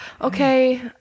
Okay